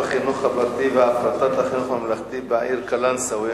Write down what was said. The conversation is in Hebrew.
הרחבת החינוך הפרטי והפרטת החינוך הממלכתי בעיר קלנסואה,